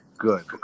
Good